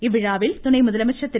இவ்விழாவில் துணை முதலமைச்சர் திரு